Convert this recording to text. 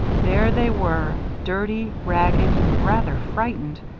there they were, dirty, ragged and rather frightened,